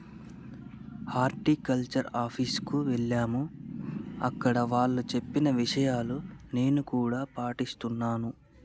horticulture office కు ఎల్లాము అక్కడ వాళ్ళు చెప్పిన విషయాలు నేను కూడా పాటిస్తున్నాను